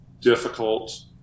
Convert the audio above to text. difficult